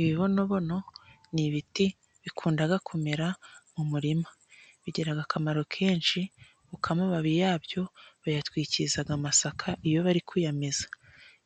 Ibibonobono ni ibiti bikunda kumera mu murima, bigira akamaro kenshi, kuko amababi yabyo bayatwikiriza amasaka iyo bari kuyameza,